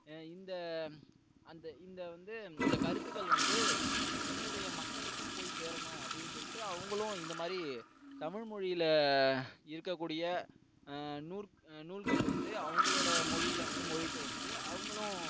இந்த அந்த இந்த வந்து இந்த கருத்துக்கள் வந்து என்னுடைய மக்களுக்கும் போய் சேரணும் அப்டின்னு சொல்லிட்டு அவங்களும் இந்த மாதிரி தமிழ் மொழியில் இருக்க கூடிய நூல்கள் வந்து அவங்களோட மொழியில் வந்து மொழிபெயர்த்து அவங்களும்